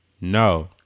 No